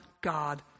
God